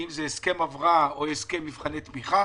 האם זה הסכם הבראה או הסכם מבחני תמיכה.